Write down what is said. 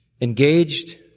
engaged